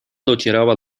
docierała